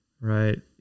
right